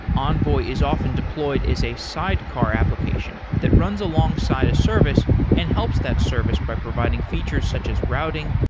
envoy is often deployed as a sidecar application that runs alongside a service and helps that service by providing features such as routing,